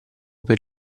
per